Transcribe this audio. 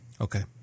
Okay